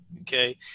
okay